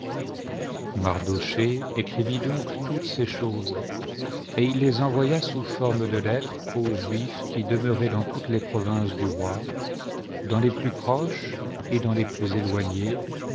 mardochée écrivit donc toutes ces choses et il les envoya sous forme de lettres aux juifs qui demeuraient dans toutes les provinces du roi dans les plus proches et dans les plus éloignées